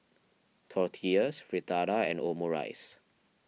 Tortillas Fritada and Omurice